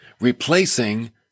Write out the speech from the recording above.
replacing